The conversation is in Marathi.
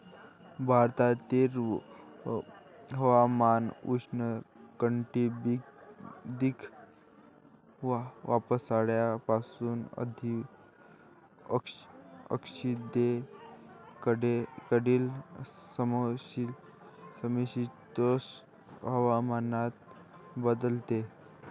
भारतातील हवामान उष्णकटिबंधीय पावसाळ्यापासून दक्षिणेकडील समशीतोष्ण हवामानात बदलते